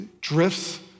drifts